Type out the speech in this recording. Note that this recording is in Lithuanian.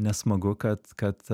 nesmagu kad kad